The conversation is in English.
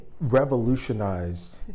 revolutionized